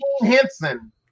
Henson